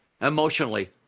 emotionally